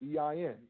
EIN